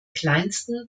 kleinsten